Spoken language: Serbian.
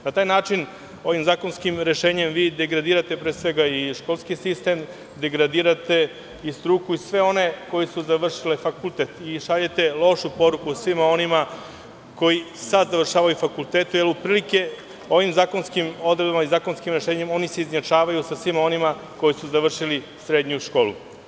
Na taj način ovim zakonskim rešenjem vi degradirate pre svega i školski sistem, degradirate i struku i sve one koji su završili fakultet i šaljete lošu poruku svima onima koji sad završavaju fakultete, jer otprilike, ovim zakonskim odredbama i zakonskim rešenjem, oni se izjednačavaju sa svima onima koji su završili srednju školu.